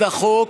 817,